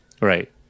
right